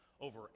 over